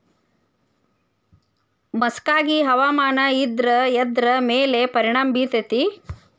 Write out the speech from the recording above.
ಮಸಕಾಗಿ ಹವಾಮಾನ ಇದ್ರ ಎದ್ರ ಮೇಲೆ ಪರಿಣಾಮ ಬಿರತೇತಿ?